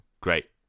great